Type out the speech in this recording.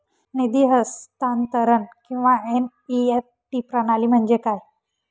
निधी हस्तांतरण किंवा एन.ई.एफ.टी प्रणाली म्हणजे काय?